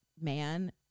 man